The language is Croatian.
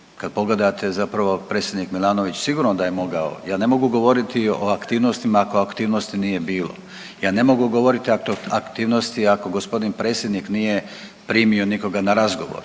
kad pogledate zapravo predsjednik Milanović sigurno da je mogao, ja ne mogu govoriti o aktivnostima ako aktivnosti nije bilo, ja ne mogu govoriti o aktivnosti ako gospodin predsjednik nije primio nikoga na razgovor.